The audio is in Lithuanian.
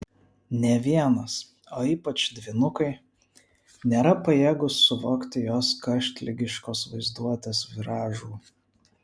nė vienas o ypač dvynukai nėra pajėgūs suvokti jos karštligiškos vaizduotės viražų